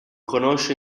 conosce